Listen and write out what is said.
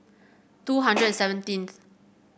two hundred and seventeenth